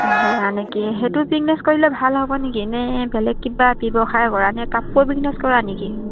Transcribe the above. দিয়া নেকি সেইটো বিজনেছ কৰিলে ভাল হ'ব নেকি নে বেলেগ কিবা ব্যৱসায় কৰা নে কাপোৰ বিজনেছ কৰা নেকি